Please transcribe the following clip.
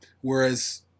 Whereas